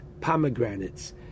pomegranates